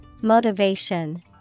Motivation